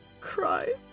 Cry